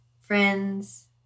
friends